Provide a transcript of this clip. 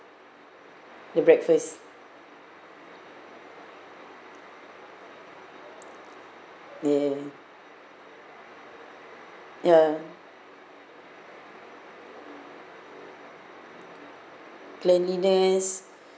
the breakfast ya ya cleanliness